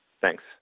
Thanks